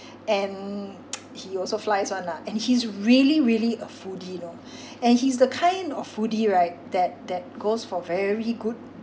and he also flies [one] lah and he's really really a foodie you know and he's the kind of foodie right that that goes for very good